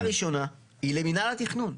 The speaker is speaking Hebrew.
שאלה ראשונה היא למינהל התכנון.